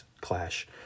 clash